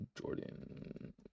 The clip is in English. Jordan